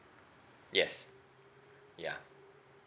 yes yeah